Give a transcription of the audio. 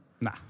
Nah